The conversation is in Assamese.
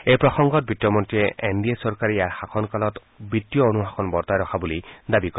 এই প্ৰসংগত বিত্তমন্ত্ৰীয়ে এন ডি এ চৰকাৰে ইয়াৰ শাসন কালত বিত্তীয় অনুশাসন বৰ্তাই ৰখা বুলি দাবী কৰে